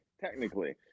technically